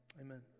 Amen